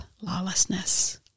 lawlessness